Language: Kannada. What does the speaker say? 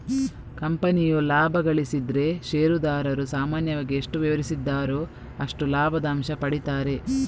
ಕಂಪನಿಯು ಲಾಭ ಗಳಿಸಿದ್ರೆ ಷೇರುದಾರರು ಸಾಮಾನ್ಯವಾಗಿ ಎಷ್ಟು ವಿವರಿಸಿದ್ದಾರೋ ಅಷ್ಟು ಲಾಭದ ಅಂಶ ಪಡೀತಾರೆ